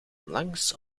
langs